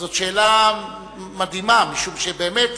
זאת שאלה מדהימה, משום שבאמת,